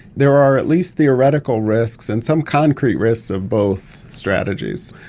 there are at least theoretical risks and some concrete risks of both strategies.